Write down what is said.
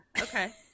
Okay